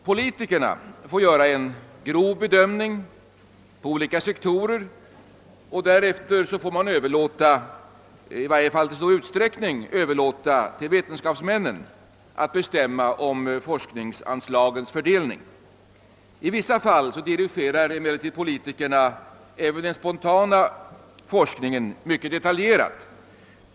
Politikerna får göra en grov fördelning på olika sektorer, och därefter måste man i stor utsträckning överlåta åt vetenskapsmännen att bestämma om forskningsanslagens fördelning. I vissa fall dirigerar emellertid politikerna även den spontana forskningen mycket detaljerat.